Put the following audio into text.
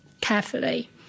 carefully